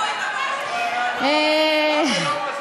תבואי, תבואי.